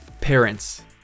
Parents